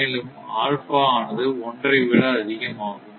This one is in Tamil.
மேலும் ஆல்ஃபா ஆனது 1 ஐ விட அதிகமாகும்